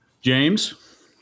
James